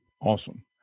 Awesome